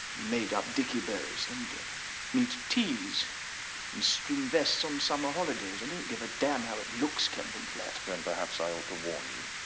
made up dickie bows and meet teas and string vests on summer holidays. i don't give a damn how it looks kempenflatt. then perhaps i ought to warn you.